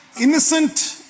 innocent